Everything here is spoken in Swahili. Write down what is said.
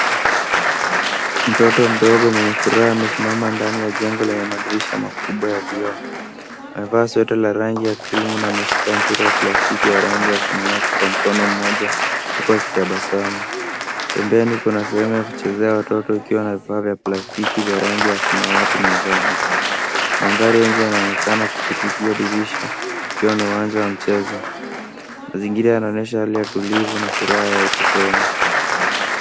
Mtoto mdogo mwenye furuwa ya Ms. Mama ndani ya djengula ya madridisha makubwa. Unafaswa utala rangi ya krimu na mashikambira ya plastiki ya rangi samawati kwa mkono mmoja kwa kitabasangu. Pembeni kuna sayumia kuchuzea watoto, ikiwa ni plastiki za rangi samawati na njano. Magari ya inja yanaonekana kupitikia divisha, ikiyo unawanza wa mchezo. Adingiria na nashalia tulivu na furaya ya utoto.